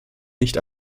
nicht